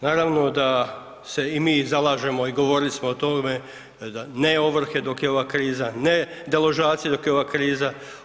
Naravno da se i mi zalažemo i govorili smo o tome da ne ovrhe dok je ova kriza, ne deložacije dok je ova kriza.